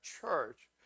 church